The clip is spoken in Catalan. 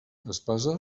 espasa